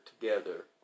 together